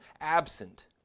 absent